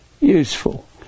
Useful